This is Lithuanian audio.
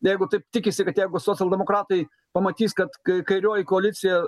jeigu taip tikisi kad jeigu socialdemokratai pamatys kad kairioji koalicija